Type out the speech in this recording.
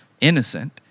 innocent